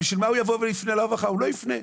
הוא לא יפנה.